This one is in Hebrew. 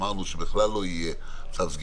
אמרנו שבכלל לא יהיה צו סגירה.